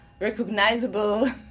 recognizable